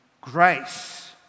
grace